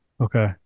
okay